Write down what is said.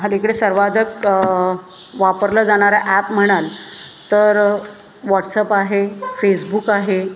अलीकडे सर्वाधिक वापरला जाणारा ॲप म्हणाल तर व्हॉट्सॲप आहे फेसबुक आहे